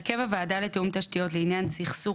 הרכב הוועדה לתיאום תשתיות לעניין סכסוך